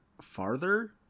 farther